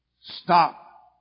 Stop